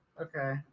okay